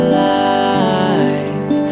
life